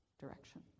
direction